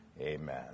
Amen